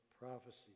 prophecy